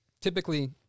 typically